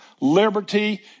liberty